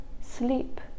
sleep